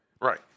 Right